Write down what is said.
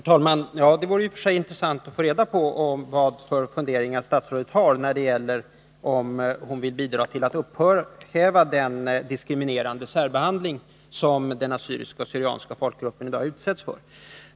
Herr talman! Det vore i och för sig intressant att få reda på vilka funderingar statsrådet har, om hon vill bidra till att upphäva den diskriminerande särbehandling som den assyrisk/syrianska folkgruppen i dag utsätts för.